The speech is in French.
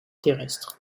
terrestres